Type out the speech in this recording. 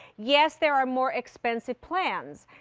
yes, there are more expensive plans.